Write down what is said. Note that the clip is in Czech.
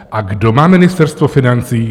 A kdo má Ministerstvo financí?